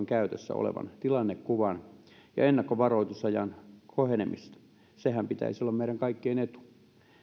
käytössä olevan tilannekuvan ja ennakkovaroitusajan kohenemista senhän pitäisi olla meidän kaikkien etu